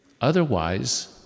Otherwise